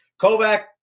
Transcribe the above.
Kovac